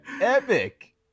epic